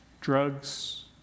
drugs